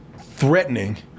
threatening